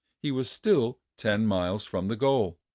he was still ten miles from the goal.